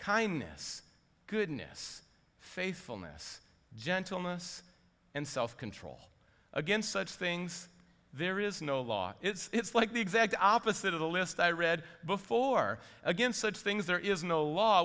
kindness goodness faithfulness gentleness and self control against such things there is no law it's like the exact opposite of the list i read before against such things there is no law